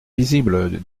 visible